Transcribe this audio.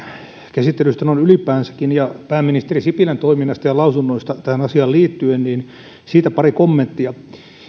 käsittelystä noin ylipäänsäkin ja pääministeri sipilän toiminnasta ja lausunnoista tähän asiaan liittyen niin siitä pari kommenttia